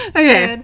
okay